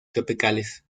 tropicales